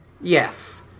Yes